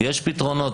יש פתרונות,